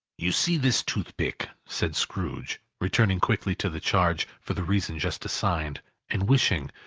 you see this toothpick? said scrooge, returning quickly to the charge, for the reason just assigned and wishing,